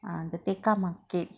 ah the tekka market